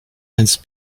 his